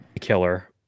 killer